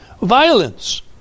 Violence